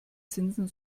zinsen